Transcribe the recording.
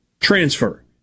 Transfer